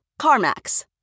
CarMax